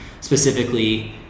specifically